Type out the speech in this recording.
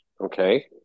Okay